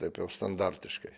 taip jau standartiškai